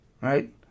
right